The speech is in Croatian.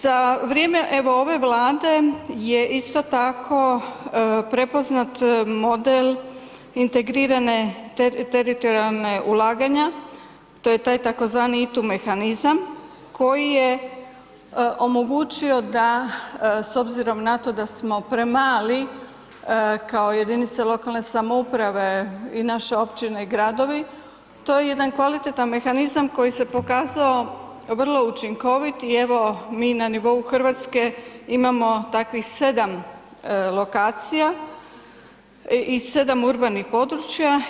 Za vrijeme, evo, ove Vlade je isto tako prepoznat model integrirane teritorijalne ulaganja, to je tj. ITU mehanizam, koji je omogućio da, s obzirom na to da smo premali kao jedinice lokalne samouprave i naše općine i gradovi, to je jedan kvalitetan mehanizam koji se pokazao vrlo učinkovit i evo, mi na nivou Hrvatske imamo takvih 7 lokacija i 7 urbanih područja.